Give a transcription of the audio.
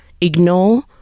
ignore